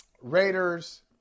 Raiders